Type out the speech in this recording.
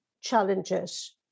challenges